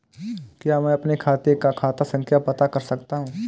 क्या मैं अपने खाते का खाता संख्या पता कर सकता हूँ?